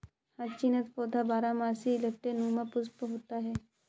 hyacinth पौधा बारहमासी लट्टू नुमा पुष्प होता है